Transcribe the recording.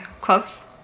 close